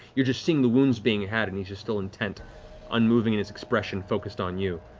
you're just seeing the wounds being had and he's just still intent on moving and his expression focused on you.